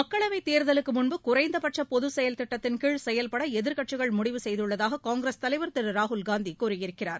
மக்களவைத் தேர்தலுக்கு முன்பு குறைந்தபட்ச பொது செயல்திட்டத்தின்கீழ் செயல்பட எதிர்க்கட்சிகள் முடிவு செய்துள்ளதாக காங்கிரஸ் தலைவர் திரு ராகுல்காந்தி கூறியிருக்கிறார்